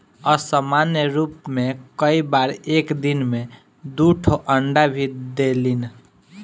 असामान्य रूप में कई बार एक दिन में दू ठो अंडा भी देलिन